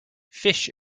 fish